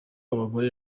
abagore